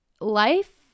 life